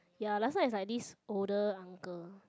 ya last time it's like this older uncle